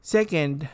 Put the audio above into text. Second